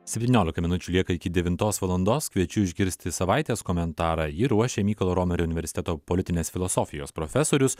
se ptyniolika minučių lieka iki devintos valandos kviečiu išgirsti savaitės komentarą jį ruošė mykolo romerio universiteto politinės filosofijos profesorius